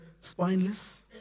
spineless